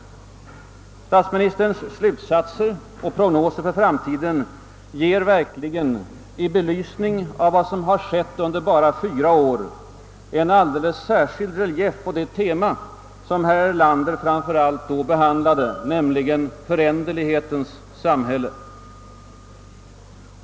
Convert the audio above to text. Statsministerns slutsatser och prognoser för framtiden ger verkligen i belysning av vad som har skett under bara fyra år en alldeles särskild relief till det tema, som herr Erlander då framför allt behandlade, nämligen föränderlighetens samhälle.